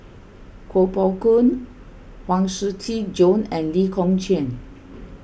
Kuo Pao Kun Huang Shiqi Joan and Lee Kong Chian